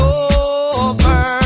over